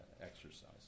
exercise